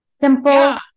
simple